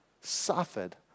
suffered